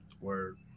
Word